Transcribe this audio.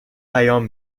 پیام